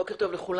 בוקר טוב לכולם.